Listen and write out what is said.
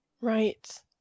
Right